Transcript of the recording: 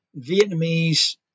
Vietnamese